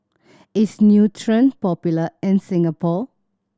is Nutren popular in Singapore